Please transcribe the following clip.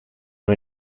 nur